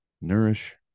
nourish